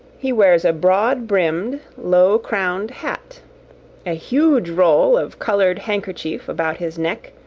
he wears a broad-brimmed, low-crowned hat a huge roll of coloured handkerchief about his neck,